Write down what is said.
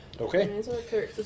Okay